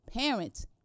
Parents